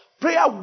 prayer